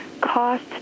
cost